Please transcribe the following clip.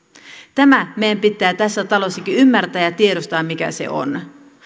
tämä meidän pitää tässäkin talossa ymmärtää ja tiedostaa mikä se on